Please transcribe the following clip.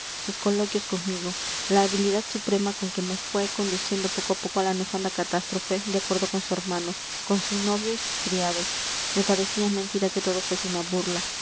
sus coloquios conmigo la habilidad suprema con que me fue conduciendo poco a poco a la nefanda catástrofe de acuerdo con su hermano con su novio y sus criados me parecía mentira que todo fuese una burla